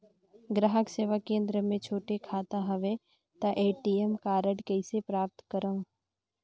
ग्राहक सेवा केंद्र मे छोटे खाता हवय त ए.टी.एम कारड कइसे प्राप्त करव?